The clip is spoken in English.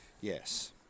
Yes